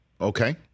Okay